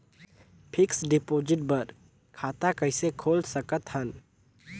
Fixed deposit बर खाता कइसे खोल सकत हन?